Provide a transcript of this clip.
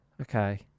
Okay